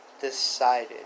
decided